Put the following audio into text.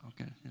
Okay